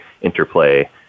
interplay